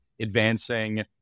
advancing